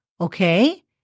Okay